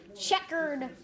Checkered